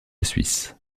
suisse